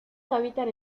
habitan